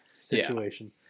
situation